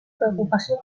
preocupació